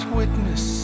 witness